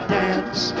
dance